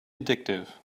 addictive